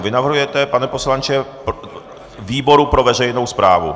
Vy navrhujete, pane poslanče, výbor pro veřejnou správu.